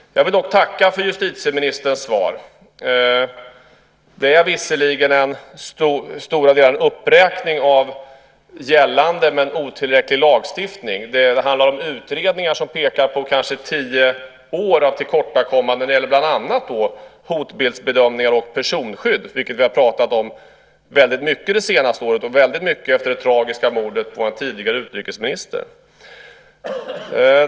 Jag vill tacka för justitieministerns svar. Det är visserligen till stora delar en uppräkning av gällande men otillräcklig lagstiftning. Det handlar om utredningar som pekar på kanske tio år av tillkortakommanden när det gäller bland annat hotbildsbedömningar och personskydd, vilket vi har pratat väldigt mycket om det senaste året, inte minst efter det tragiska mordet på en tidigare utrikesminister.